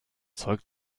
zeug